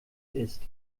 ist